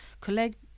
collect